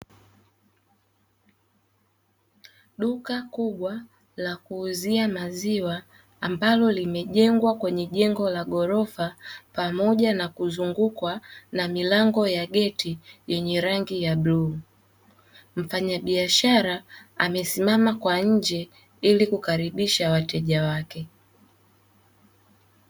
Duka kubwa la kuuzia maziwa ambalo limejengwa kwenye jengo la ghorofa pamoja na kuzungukwa na milango ya geti lenye rangi ya bluu. Mfanyabiashara amesimama kwa nje ili kukaribisha wateja wake.